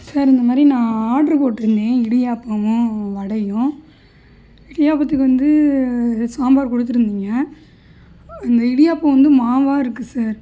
sir இந்தமாதிரி நான் order போட்டிருந்தேன் இடியாப்பமும் வடையும் இடியாப்பத்துக்கு வந்து சாம்பார் கொடுத்துருந்தீங்க அந்த இடியாப்பம் வந்து மாவாக இருக்குது சார்